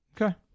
Okay